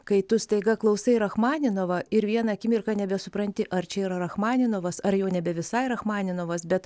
kai tu staiga klausai rachmaninovą ir vieną akimirką nebesupranti ar čia yra rachmaninovas ar jau nebe visai rachmaninovas bet